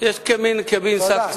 אפשר למסור את הכול לפרוטוקול,